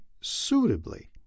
suitably